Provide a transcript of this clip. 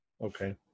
Okay